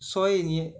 所以你